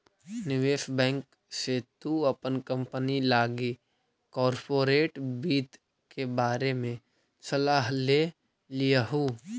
निवेश बैंक से तु अपन कंपनी लागी कॉर्पोरेट वित्त के बारे में सलाह ले लियहू